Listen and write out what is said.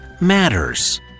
matters